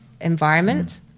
environment